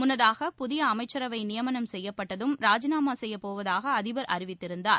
முன்னதாக புதிய அமைச்சரவை நியமனம் செய்யப்பட்டதும் ராஜினாமா செய்யப்போவதாக அதிபர் அறிவித்திருந்தார்